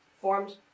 formed